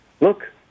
Look